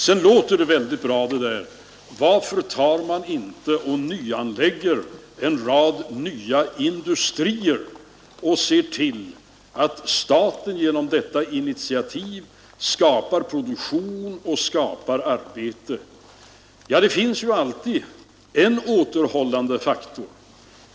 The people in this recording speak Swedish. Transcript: Det låter väldigt bra att säga: Varför nyanlägger man inte en rad nya industrier och ser till att staten genom sådana initiativ skapar produktion och arbete? Men det finns alltid en återhållande faktor.